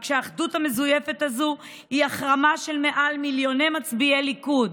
רק שהאחדות המזויפת הזאת היא החרמה של מיליוני מצביעי ליכוד